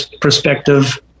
perspective